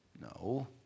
No